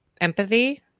empathy